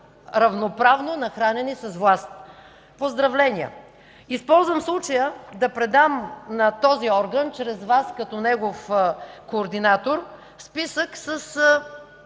равноправно нахранени с власт. Поздравления! Използвам случая да предам на този орган чрез Вас като негов координатор списък с